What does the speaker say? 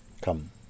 come